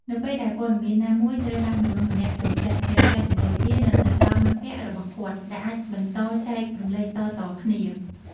នៅពេលដែលព័ត៌មានណាមួយត្រូវបានមនុស្សម្នាក់ចូលចិត្ត និងចែករំលែក វានឹងទៅដល់មិត្តភក្តិរបស់គាត់ ដែលអាចបន្តចែករំលែកតៗគ្នា។